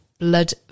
blood